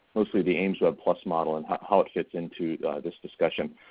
mostly the aimswebplus model and how it fits into this discussion.